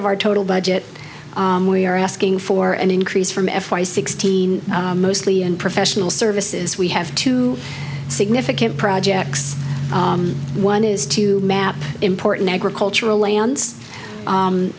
of our total budget we are asking for an increase from f y sixteen mostly and professional services we have two significant projects one is to map important agricultural land